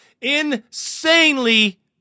insanely